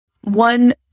One